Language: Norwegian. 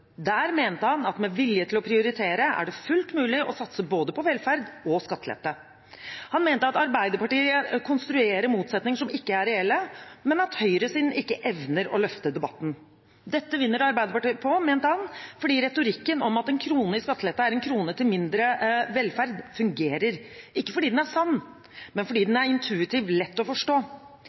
Der mente han at med vilje til å prioritere er det fullt mulig å satse på både velferd og skattelette. Han mente at Arbeiderpartiet konstruerer motsetninger som ikke er reelle, men at høyresiden ikke evner å løfte debatten. Dette vinner Arbeiderpartiet på, mente han, fordi retorikken om at en krone i skattelette er en krone mindre til velferd, fungerer – ikke fordi den er sann, men fordi den er intuitivt lett å forstå.